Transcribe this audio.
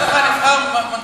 תדע לך שנבחר מנכ"ל מצוין.